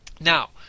Now